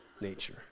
nature